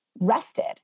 rested